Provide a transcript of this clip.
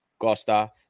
Gosta